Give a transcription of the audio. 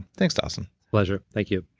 thanks, dawson pleasure. thank you